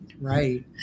Right